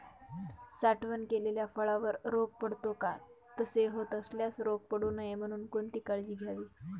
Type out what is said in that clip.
साठवण केलेल्या फळावर रोग पडतो का? तसे होत असल्यास रोग पडू नये म्हणून कोणती काळजी घ्यावी?